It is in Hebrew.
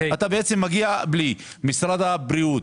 משרד הבריאות.